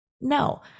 No